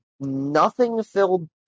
nothing-filled